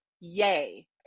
yay